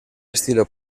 estilo